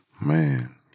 Man